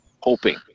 hoping